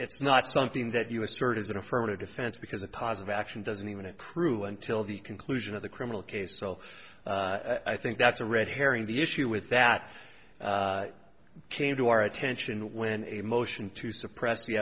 it's not something that you assert is an affirmative defense because a positive action doesn't even a crew until the conclusion of the criminal case so i think that's a red herring the issue with that came to our attention when a motion to suppress the